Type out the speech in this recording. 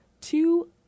two